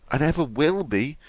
and ever will be,